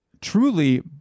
truly